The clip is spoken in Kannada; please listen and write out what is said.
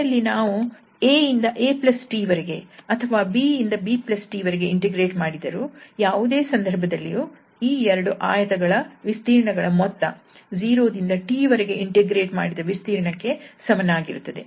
ಕೊನೆಯಲ್ಲಿ ನಾವು 𝑎 ಇಂದ 𝑎 𝑇 ವರೆಗೆ ಅಥವಾ 𝑏 ಇಂದ 𝑏 𝑇 ವರೆಗೆ ಇಂಟಿಗ್ರೇಟ್ ಮಾಡಿದರೂ ಯಾವುದೇ ಸಂದರ್ಭದಲ್ಲಿಯೂ ಈ ಎರಡು ಆಯತಗಳ ವಿಸ್ತೀರ್ಣಗಳ ಮೊತ್ತ 0 ದಿಂದ T ವರೆಗೆ ಇಂಟಿಗ್ರೇಟ್ ಮಾಡಿದ ವಿಸ್ತೀರ್ಣಕ್ಕೆ ಸಮನಾಗಿರುತ್ತದೆ